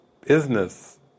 business